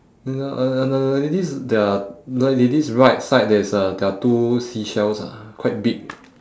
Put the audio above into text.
no uh no no no this is their like they this right side there's a there are two seashells ah quite big